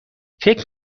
فکر